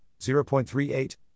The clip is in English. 0.38